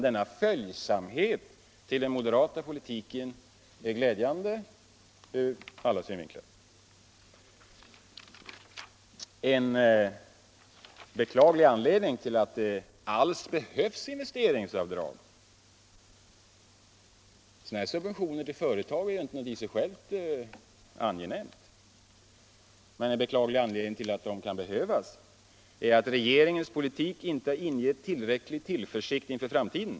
Denna följsamhet till den moderata politiken är glädjande ur alla synvinklar. En beklaglig anledning till att det alls behövs investeringsavdrag — sådana här subventioner till företag är ju inte något i sig självt angenämt — är att regeringens politik inte ingett tillräcklig tillförsikt inför framtiden.